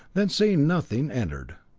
then seeing nothing, entered.